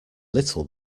little